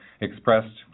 expressed